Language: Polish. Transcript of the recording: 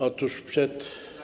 Otóż przed.